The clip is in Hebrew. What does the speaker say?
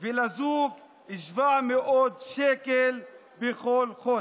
חברי הכנסת, מהאופוזיציה ומהקואליציה,